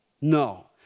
No